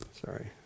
Sorry